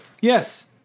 Yes